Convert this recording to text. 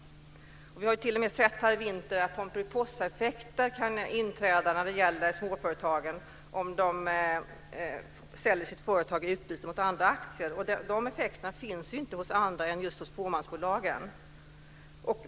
Vi har t.o.m. sett här i vinter att pomperipossaeffekter kan inträda om småföretagaren säljer sitt företag i utbyte mot andra aktier. Dessa effekter existerar ju inte för andra företag än just för fåmansbolag.